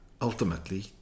ultimately